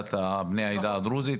לקליטת בני העדה הדרוזית.